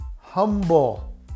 humble